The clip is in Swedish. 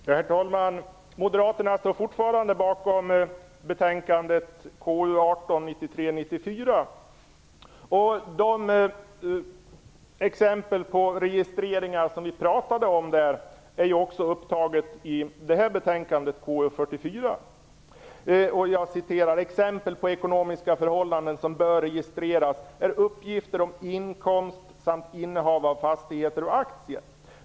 Herr talman! Moderaterna står fortfarande bakom betänkande 1993 95:KU44. Där står:"Exempel på ekonomiska förhållanden som bör registreras är uppgifter om inkomst samt innehav av fastigheter och aktier.